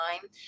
time